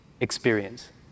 experience